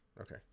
okay